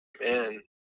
Man